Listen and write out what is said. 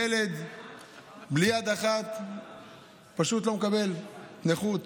ילד בלי יד אחת פשוט לא מקבל קצבת נכות.